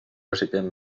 recipient